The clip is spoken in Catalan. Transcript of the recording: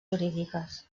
jurídiques